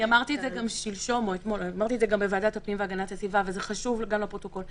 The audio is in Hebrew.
אמרתי את זה גם שלשום בוועדת הפנים והגנת הסביבה וזה חשוב גם לפרוטוקול,